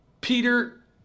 Peter